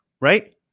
right